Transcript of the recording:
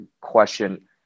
question